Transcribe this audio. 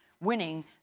winning